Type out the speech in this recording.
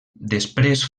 després